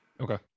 Okay